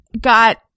got